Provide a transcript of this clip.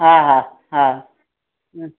हा हा हा